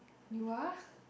you are